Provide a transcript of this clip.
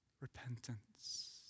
repentance